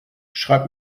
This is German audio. schreibt